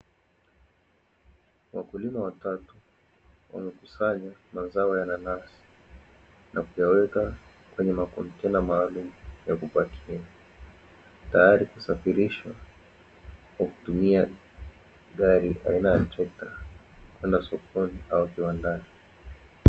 Wakulima watatu, wamekusanya mazao ya nanasi na kuyaweka kwenye makontena maalumu ya kupakia, tayari kusafirishwa kwa kutumia gari aina ya trekta, kwenda sokoni au kiwandani.